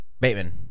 Bateman